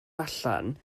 allan